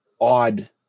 odd